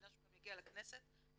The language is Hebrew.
אני מבינה שהוא גם יגיע לכנסת מחר,